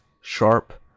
sharp